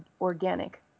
organic